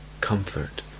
comfort